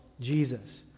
Jesus